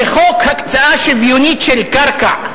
שחוק הקצאה שוויונית של קרקע,